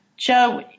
Joe